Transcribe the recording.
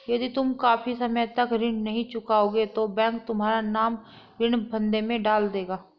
यदि तुम काफी समय तक ऋण नहीं चुकाओगे तो बैंक तुम्हारा नाम ऋण फंदे में डाल देगा